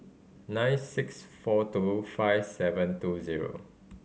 nine six four two five seven two zero